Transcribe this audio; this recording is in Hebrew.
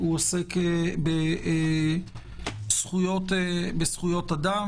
הוא עוסק בזכויות אדם,